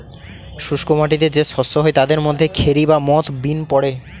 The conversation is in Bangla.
শুস্ক মাটিতে যে শস্য হয় তাদের মধ্যে খেরি বা মথ, বিন পড়ে